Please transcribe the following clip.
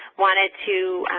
wanted to